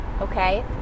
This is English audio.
okay